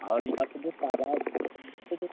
और यहाँ पर जो तालाब